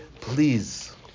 Please